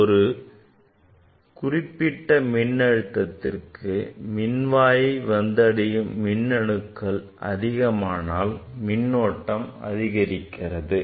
ஒரு குறிப்பிட்ட மின் அழுத்தத்திற்கு நேர்மின்வாயை வந்தடையும் மின்னணுக்கள் அதிகமானால் மின்னூட்டம் அதிகரிக்கிறது